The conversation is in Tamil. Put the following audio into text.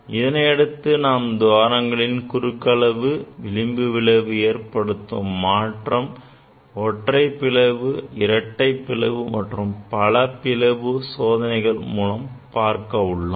இதனை அடுத்து நாம் துவாரங்களின் குறுக்கு அளவு விளிம்புவிளைவில் ஏற்படுத்தும் மாற்றம் குறித்தும் ஒற்றை பிளவு இரட்டை பிளவு மற்றும் பல பிளவு சோதனையின் மூலம் பார்க்க உள்ளோம்